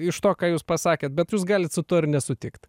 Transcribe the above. iš to ką jūs pasakėt bet jūs galit su tuo ir nesutikt